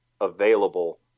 available